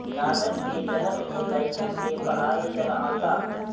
कागज के चलते ही लइकन के पढ़ाई चलअता